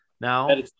Now